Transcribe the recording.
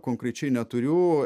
konkrečiai neturiu